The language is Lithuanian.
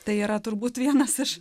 tai yra turbūt vienas iš